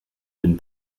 been